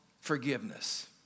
forgiveness